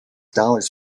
dollars